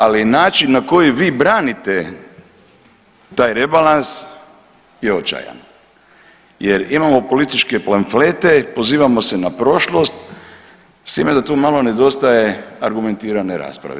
Ali način na koji vi branite taj rebalans je očajan, jer imamo političke panflete, pozivamo se na prošlost s time da tu malo nedostaje argumentirane rasprave.